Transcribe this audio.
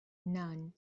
none